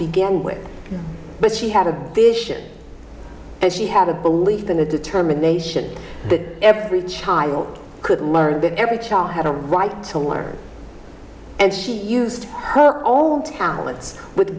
begin with but she had a vision and she had a belief in a determination that every child could learn that every child had a right to learn and she used her own talents with